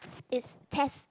it's test